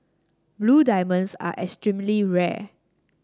blue diamonds are extremely rare